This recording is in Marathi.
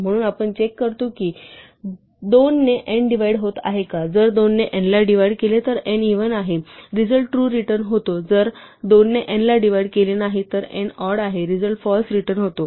म्हणून आपण चेक करतो की 2 ने n डिव्हाइड होत आहे का जर 2 ने n ला डिव्हाइड केले तर n इव्हन आहे रिझल्ट ट्रू रिटर्न होतो जर 2 ने n ला डिव्हाइड केले नाही तर n ऑड आहे रिझल्ट फाल्स रिटर्न होतो